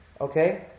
okay